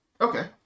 Okay